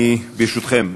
ברשותכם,